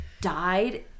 died